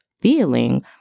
feeling